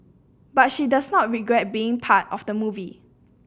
but she does not regret being a part of the movie